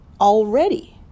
already